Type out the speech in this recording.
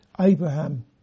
Abraham